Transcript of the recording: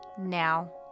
now